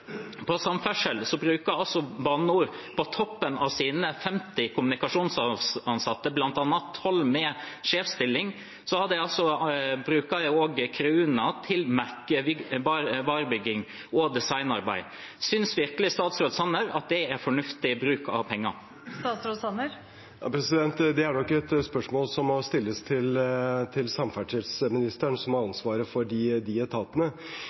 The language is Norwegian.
Samferdsel ble nevnt: Når det gjelder samferdsel, bruker Bane NOR – på toppen av sine 50 kommunikasjonsansatte, bl.a. 12 med sjefsstillinger – også Creuna til merkevarebygging og designarbeid. Synes virkelig statsråd Sanner at det er en fornuftig bruk av penger? Det er nok et spørsmål som må stilles til samferdselsministeren, som har ansvaret for de etatene. Men ser vi på de